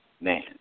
Man